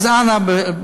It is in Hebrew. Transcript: לא אמרתי "שפיכת דם".